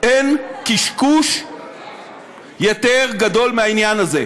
אין קשקוש יותר גדול מהעניין הזה.